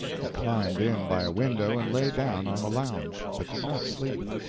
he climbed in by a window and lay down on the lounge, but did not sleep.